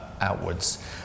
outwards